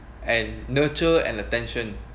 and nurture and attention